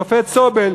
השופט סובל,